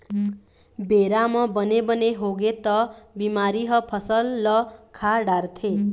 बेरा म बने बने होगे त बिमारी ह फसल ल खा डारथे